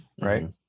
right